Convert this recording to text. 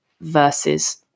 versus